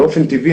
באופן טבעי,